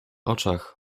oczach